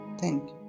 Thank